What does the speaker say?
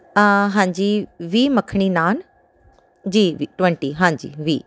ਹਾਂਜੀ ਵੀਹ ਮੱਖਣੀ ਨਾਨ ਜੀ ਵੀਹ ਟਵੰਟੀ ਹਾਂਜੀ ਵੀਹ